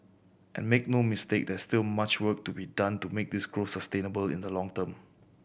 and make no mistake there's still much work to be done to make this growth sustainable in the long term